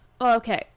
Okay